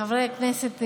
חברי הכנסת,